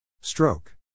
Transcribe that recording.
Stroke